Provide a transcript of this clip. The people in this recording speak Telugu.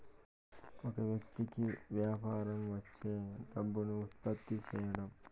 ఒక వ్యక్తి కి యాపారంలో వచ్చే డబ్బును ఉత్పత్తి సేయడం